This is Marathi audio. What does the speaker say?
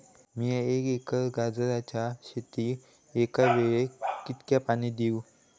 मीया एक एकर गाजराच्या शेतीक एका वेळेक कितक्या पाणी देव?